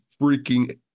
freaking